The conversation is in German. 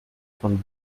von